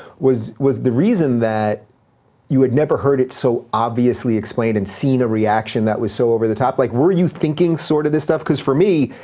was was the reason that you had never heard it so obviously explained and seen a reaction that was so over the top? like were you thinking sort of this stuff? cause, for me,